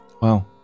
Wow